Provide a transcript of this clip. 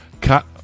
Cut